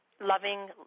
loving